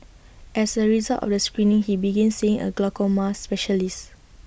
as A result of the screening he begin seeing A glaucoma specialist